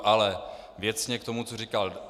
Ale věcně k tomu, co říkal.